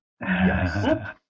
Yes